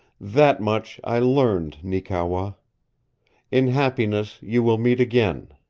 that much i learned, neekewa. in happiness you will meet again.